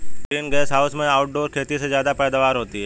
green gas house में outdoor खेती से ज्यादा पैदावार होता है